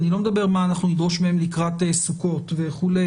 אני לא מדבר מה נדרוש מהם לקראת סוכות וכו'